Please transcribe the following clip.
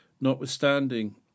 notwithstanding